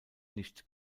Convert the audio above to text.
nicht